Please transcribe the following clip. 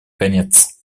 конец